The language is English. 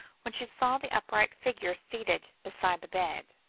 when she saw the upright figure seated beside the bed.